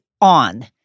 on